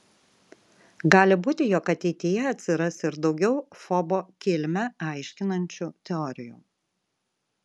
gali būti jog ateityje atsiras ir daugiau fobo kilmę aiškinančių teorijų